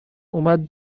اومد